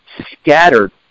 scattered